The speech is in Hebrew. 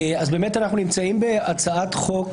אנחנו נמצאים בהצעת חוק